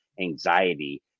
anxiety